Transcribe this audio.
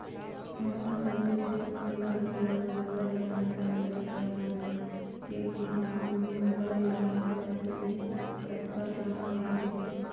हमन सब्बे झन ये बात ल बरोबर जानत समझत हवन के किसान मन ल लोहार जात ले कतका काम रहिथे